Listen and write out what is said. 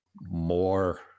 more